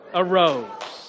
arose